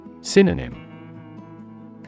Synonym